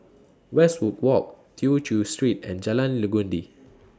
Westwood Walk Tew Chew Street and Jalan Legundi